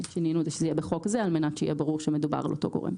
שינינו כך שזה יהיה בחוק זה על מנת שיהיה ברור שמדובר על אותו גורם.